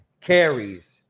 carries